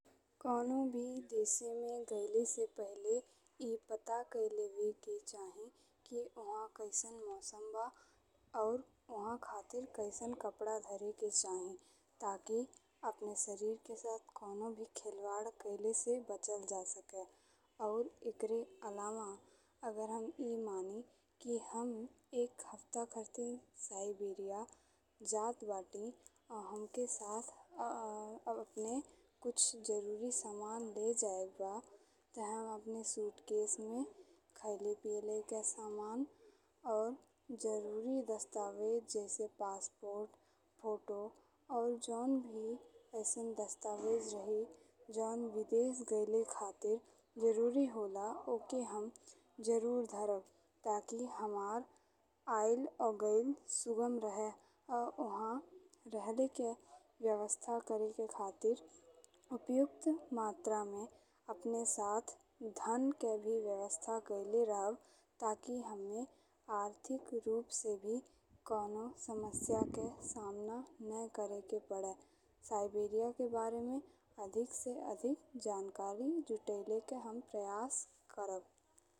कउनो भी देसे में गइल से पहिले ए पता कई लेवेके चाही कि ओहां कैसन मौसम बा और ओहां खातिर कैसन कपड़ा धरे के चाही। ताकि अपने सरीर के साथ कउनो भी खिलवाड़ कईले से बचल जा सके और एकरे अलावा अगर हम ए मानी कि हम एक हफ्ता खातिन साइबेरिया जात बानी और हमके साथ अपने कुछ जरूरी सामान ले जाएक बा। ते हम अपने सूटकेस में खाइल-पीयल के सामान और जरूरी दस्तावेज जैसे पासपोर्ट, फोटो और जौन भी अइसन दस्तावेज रही, जौन विदेश गइल खातिर जरूरी होला, ओके हम जरूर धरब ताकि हमार आयल और गइल सुगम रहे और ओहां रहल के व्यवस्था करे के खातिर उपयुक्त मात्रा में अपने साथ धन के भी व्यवस्था कईले रहब। ताकि हम्मे आर्थिक रूप से भी कउनो समस्या के सामना ने करे के पड़े। साइबेरिया के बारे में अधिक से अधिक जानकारी जुटाइले के हम प्रयास करब।